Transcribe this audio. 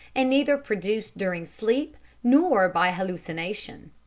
and neither produced during sleep nor by hallucination.